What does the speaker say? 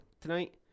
tonight